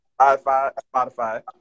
Spotify